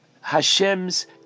Hashem's